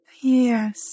Yes